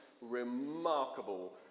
remarkable